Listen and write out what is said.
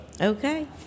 Okay